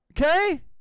okay